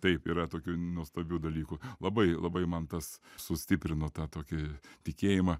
taip yra tokių nuostabių dalykų labai labai man tas sustiprino tą tokį tikėjimą